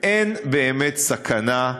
אין באמת סכנה.